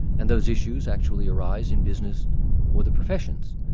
and those issues actually arise in business or the professions.